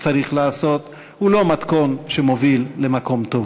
צריך לעשות, הוא לא מתכון שמוביל למקום טוב.